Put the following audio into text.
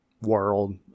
world